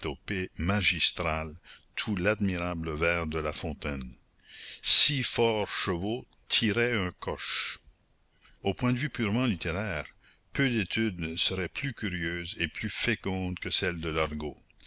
magistrale tout l'admirable vers de la fontaine six forts chevaux tiraient un coche au point de vue purement littéraire peu d'études seraient plus curieuses et plus fécondes que celle de l'argot